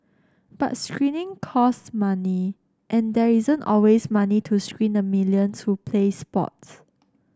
but screening cost money and there isn't always money to screen the millions who play sports